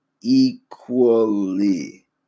equally